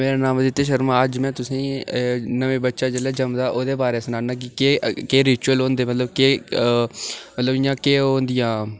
मेरा नांऽ आदित्य शर्मा अज्ज में तुसेंईं नमां बच्चा जिसलै जमदा ओह्दे बारे च सनान्नां के केह् रिचुअल होंदे मतलब केह् मतलब इं'या केह् होंदियां